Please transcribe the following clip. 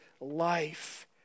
life